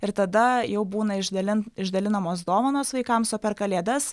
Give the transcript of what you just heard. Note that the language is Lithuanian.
ir tada jau būna išdalin išdalinamos dovanos vaikams o per kalėdas